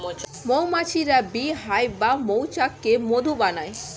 মৌমাছিরা bee hive বা মৌচাকে মধু বানায়